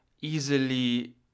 easily